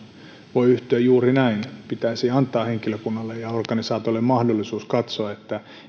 voi yhtyä juuri näin pitäisi antaa henkilökunnalle ja organisaatiolle mahdollisuus katsoa